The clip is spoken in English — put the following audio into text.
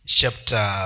chapter